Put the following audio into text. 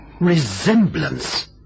Resemblance